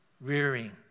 rearing